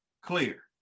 clear